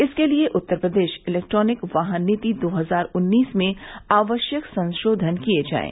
इसके लिये उत्तर प्रदेश इलेक्ट्रिक वाहन नीति दो हजार उन्नीस में आवश्यक संशोधन किये जाये